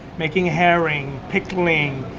making herring, pickling.